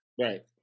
Right